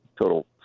total